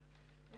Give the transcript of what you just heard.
13:15.